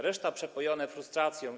Reszta - przepojone frustracją.